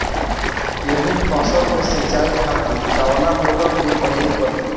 गेहूं फसल के सिंचाई खातिर कवना मोटर के प्रयोग करी?